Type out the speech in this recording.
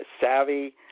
savvy